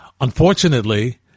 Unfortunately